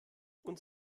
uns